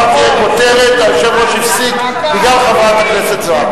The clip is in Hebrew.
מחר תהיה כותרת: היושב-ראש הפסיק בגלל חברת הכנסת זוארץ.